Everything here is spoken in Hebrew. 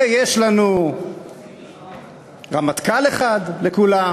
ויש לנו רמטכ"ל אחד לכולם,